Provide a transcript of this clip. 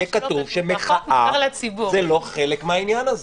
שיהיה כתוב שמחאה זה לא חלק מהעניין הזה.